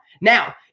Now